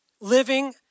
living